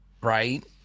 right